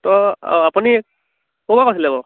ত' আপুনি ক'ৰপৰা কৈছিলে বাৰু